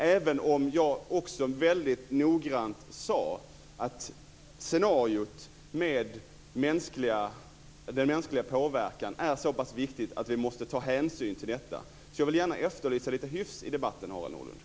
Även om jag också väldigt noggrant sade att scenariot med mänsklig påverkan är så pass viktigt att vi måste ta hänsyn till det, vill jag efterlysa lite hyfs i debatten, Harald Nordlund.